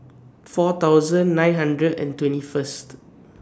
four thousand nine hundred and twenty First